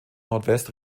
nordwest